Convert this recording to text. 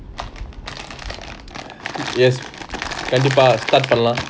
yes கண்டிப்பா:kandipa start பண்ணலாம்:panalam